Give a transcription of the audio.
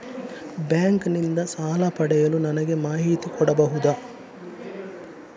Bank ನಿಂದ ಸಾಲ ಪಡೆಯಲು ನನಗೆ ಮಾಹಿತಿ ಕೊಡಬಹುದ?